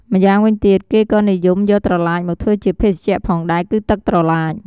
ម្យ៉ាងវិញទៀត គេក៏និយមយកត្រឡាចមកធ្វើជាភេសជ្ជៈផងដែរ គឺទឹកត្រឡាច។